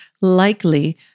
likely